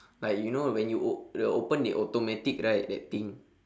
like you know when you o~ the open they automatic right that thing